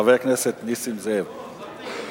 חבר הכנסת נסים זאב,